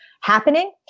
happening